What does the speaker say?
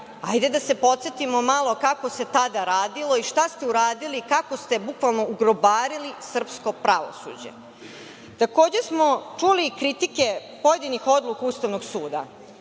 Hajde da se podsetimo malo kako se tada radilo i šta ste uradili, kako ste bukvalno ugrobarili srpsko pravosuđe. Takođe, čuli smo kritike pojedinih odluka Ustavnog suda.